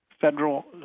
Federal